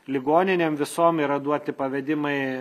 ligoninėm visom yra duoti pavedimai